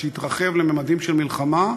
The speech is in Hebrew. שהתרחב לממדים של מלחמה,